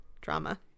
Drama